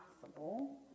possible